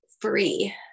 free